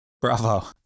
Bravo